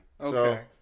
Okay